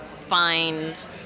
find